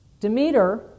Demeter